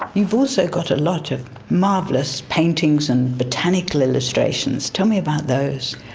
you've also got a lot of marvellous paintings and botanical illustrations. tell me about those.